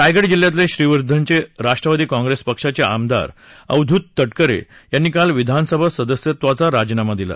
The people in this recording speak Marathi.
रायगड जिल्ह्यातले श्रीवर्धनचे राष्ट्रवादी काँप्रेस पक्षाचे आमदार अवधूत तटकरे यांनी काल विधानसभा सदस्यत्वाचा राजीनामा दिला